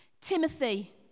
Timothy